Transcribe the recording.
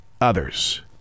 others